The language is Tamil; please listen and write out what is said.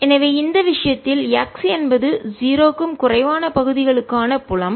எனவே இந்த விஷயத்தில் x என்பது 0 க்கும் குறைவான பகுதிகளுக்கான புலம்